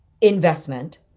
investment